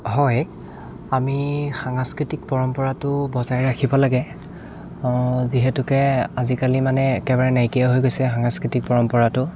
হয় আমি সাংস্কৃতিক পৰম্পৰাটো বচাই ৰাখিব লাগে যিহেতুকে আজিকালি মানে একেবাৰে নাইকিয়া হৈ গৈছে সাংস্কৃতিক পৰম্পৰাটো